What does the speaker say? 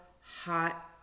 hot